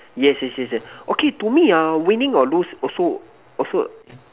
yes yes yes yes okay to me ah winning or lose also also